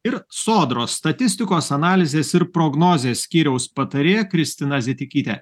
ir sodros statistikos analizės ir prognozės skyriaus patarėja kristina zitikytė